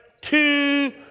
two